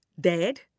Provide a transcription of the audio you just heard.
dead